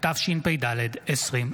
סימון דוידסון,